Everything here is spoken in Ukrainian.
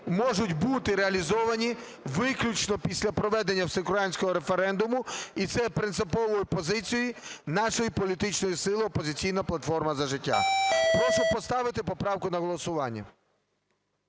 можуть бути реалізовані виключно після проведення всеукраїнського референдуму. І це є принциповою позицією нашої політичної сили "Опозиційна платформа – За життя". Прошу поставити поправку на голосування.